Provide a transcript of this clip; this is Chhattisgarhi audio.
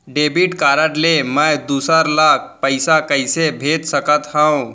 डेबिट कारड ले मैं दूसर ला पइसा कइसे भेज सकत हओं?